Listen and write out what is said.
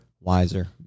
wiser